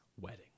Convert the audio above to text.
wedding